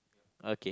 okay